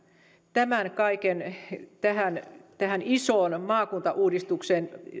tämän kaiken liittäminen tähän isoon maakuntauudistukseen